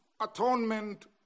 atonement